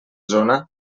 zona